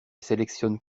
sélectionne